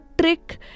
trick